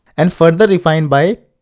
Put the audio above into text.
and for the refined by,